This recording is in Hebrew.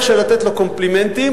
שרים מחליטה בשבילי.